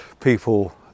People